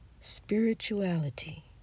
Spirituality